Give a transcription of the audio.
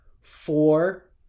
Four